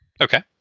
Okay